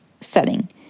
setting